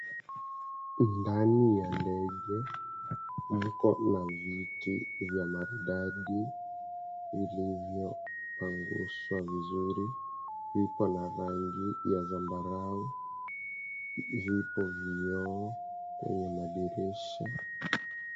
Ni ndani ya ndege. Mko na viti vya maridadi vilivyopanguzwa vizuri viko na rangi ya zambarau. Zipo vioo kwenye madirisha.